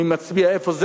מי מצביע איפה.